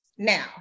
Now